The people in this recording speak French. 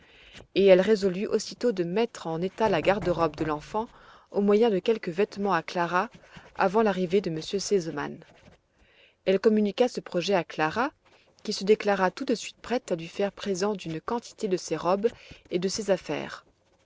et elle résolut aussitôt de mettre en état la garde robe de l'enfant au moyen de quelques vêtements à clara avant l'arrivée de m r sesemann elle communiqua ce projet à clara qui se déclara tout de suite prête à lui faire présent d'une quantité de ses robes et de ses affaires